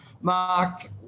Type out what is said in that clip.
Mark